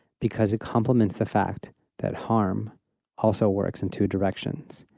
because it complements the fact that harm also works in two directions,